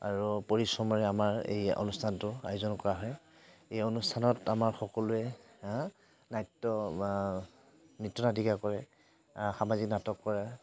আৰু পৰিশ্ৰমৰে আমাৰ এই অনুষ্ঠানটো আয়োজন কৰা হয় এই অনুষ্ঠানত আমাৰ সকলোৱে হা নাট্য নৃত্য নাটিকা কৰে সামাজিক নাটক কৰে